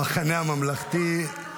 המחנה הממלכתי.